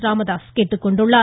ராமதாஸ் கேட்டுக்கொண்டுள்ளார்